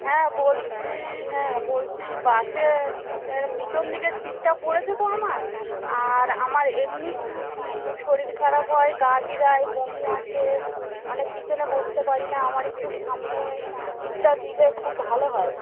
হ্যাঁ বলছি হ্যাঁ বলছি বাসে পিছন দিকে সীটটা পড়েছে তো আমার আর আমার এমনি খুব শরীর খারাপ হয় গা বিরায় বমি আসে মানে পিছনে বসতে পারি না আমার একটু সামনে সীটটা দিলে খুব ভালো হয়